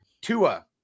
Tua